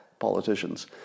politicians